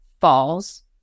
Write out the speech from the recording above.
falls